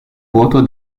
vuoto